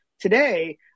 today